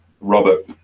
Robert